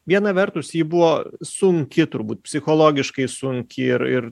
viena vertus ji buvo sunki turbūt psichologiškai sunki ir ir